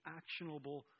actionable